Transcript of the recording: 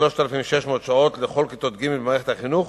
כ-3,600 שעות לכל כיתות ג' במערכת החינוך,